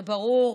זה ברור,